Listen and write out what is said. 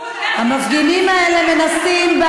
המפגינים האלה מנסים,